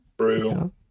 True